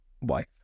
wife